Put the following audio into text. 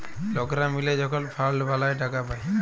লকরা মিলে যখল ফাল্ড বালাঁয় টাকা পায়